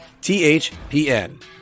THPN